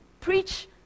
Preach